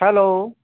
hello